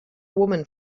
woman